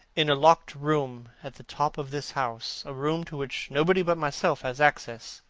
in a locked room at the top of this house, a room to which nobody but myself has access,